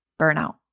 burnout